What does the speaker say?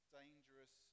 dangerous